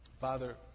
Father